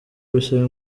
bisaba